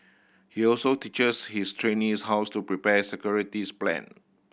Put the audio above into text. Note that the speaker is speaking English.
he also teaches his trainees hows to prepare security plan